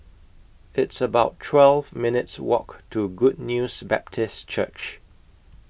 It's about twelve minutes' Walk to Good News Baptist Church